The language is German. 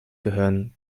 gehören